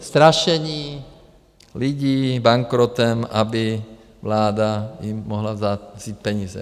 Strašení lidí bankrotem, aby vláda jim mohla vzít peníze.